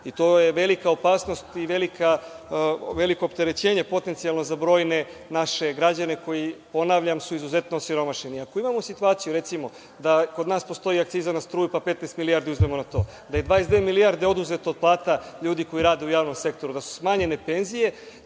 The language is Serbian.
To je velika opasnost i veliko opterećenje potencijalno za brojne naše građane koji su izuzetno osiromašeni, ako imamo situaciju da kod nas postoji akciza na struju, pa 15 milijardi uzmemo na to, da je 22 milijarde oduzeto od plata ljudi koji rade u javnom sektoru, da su smanjene penzije,